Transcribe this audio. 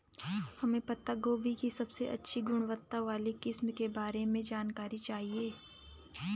हमें पत्ता गोभी की सबसे अच्छी गुणवत्ता वाली किस्म के बारे में जानकारी चाहिए?